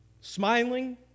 smiling